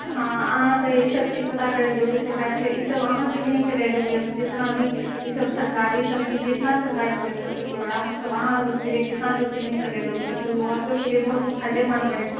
हँ अहाँके इसब चीज पता करैके जरूरी छै काहेके लिए इसब अहाँके लिए ही चलेलो गेलो छै जितना भी इसब सरकारी सब जे जितना सरकार चलेलको छै प्रोग्राम ओ सब अहाँ लोकके लिए किसान लोकके लिए ही चलैलो गेलो छै ओ आप लोगोँके लिए बहुत ही फाइदेमन्द रहितै